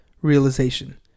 realization